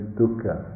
dukkha